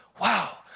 wow